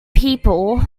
people